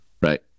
right